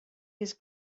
his